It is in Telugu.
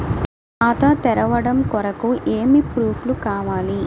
ఖాతా తెరవడం కొరకు ఏమి ప్రూఫ్లు కావాలి?